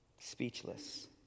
Speechless